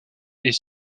est